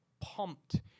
pumped